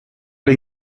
les